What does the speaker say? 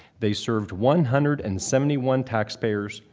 they served one hundred and seventy one taxpayers,